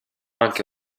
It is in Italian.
anche